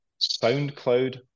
SoundCloud